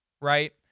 right